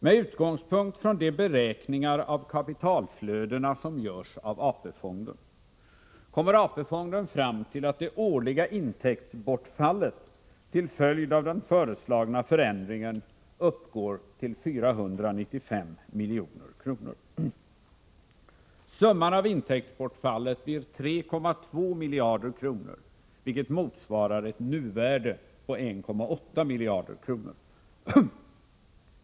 Med utgångspunkt i de beräkningar av kapitalflödena som görs av AP-fonden kommer AP fonden fram till att det årliga intäktsbortfallet till följd av den föreslagna förändringen uppgår till 495 milj.kr. Summan av intäktsbortfallet blir 3,2 miljarder kronor, vilket motsvarar ett nuvärde på 1,8 miljarder kronor.